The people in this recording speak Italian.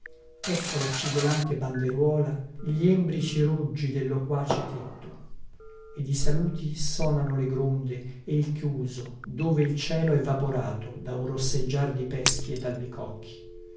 ecco la cigolante banderuola gli embrici roggi del loquace tetto e di saluti sonano le gronde e il chiuso dove il cielo è vaporato da un rosseggiar di peschi e dalbicocchi